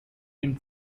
dem